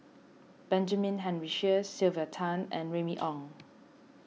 Benjamin Henry Sheares Sylvia Tan and Remy Ong